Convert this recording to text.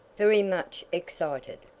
very much excited.